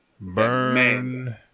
burn